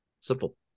Simple